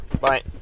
Bye